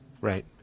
Right